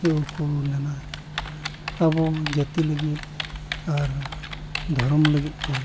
ᱩᱠᱩ ᱞᱮᱱᱟ ᱟᱵᱚ ᱡᱟᱹᱛᱤ ᱞᱟᱹᱜᱤᱫ ᱟᱨ ᱫᱷᱚᱨᱚᱢ ᱞᱟᱹᱜᱤᱫ ᱛᱮ